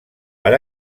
per